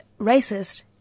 racist